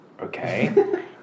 Okay